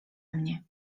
mnie